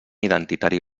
identitari